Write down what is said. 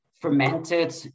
fermented